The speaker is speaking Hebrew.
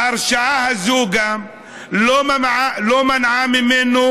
ההרשעה הזאת גם לא מנעה ממנו,